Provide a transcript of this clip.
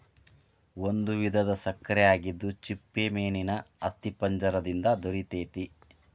ಒಂದು ವಿಧದ ಸಕ್ಕರೆ ಆಗಿದ್ದು ಚಿಪ್ಪುಮೇನೇನ ಅಸ್ಥಿಪಂಜರ ದಿಂದ ದೊರಿತೆತಿ